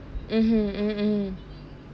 mmhmm mm mm